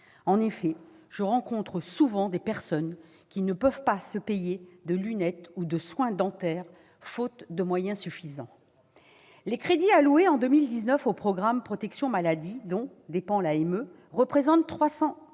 certains. Je rencontre souvent des personnes qui ne peuvent pas se payer des lunettes ou des soins dentaires, faute de moyens suffisants. Les crédits alloués en 2019 au programme « Protection maladie », dont dépend l'AME, représentent 944